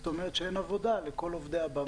זאת אומרת, שאין עבודה לכל עובדי הבמה.